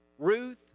Ruth